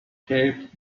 keep